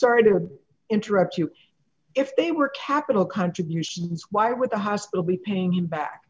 sorry to interrupt you if they were capital contributions why would the hospital be paying you back